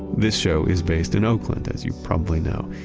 this show is based in oakland, as you probably know,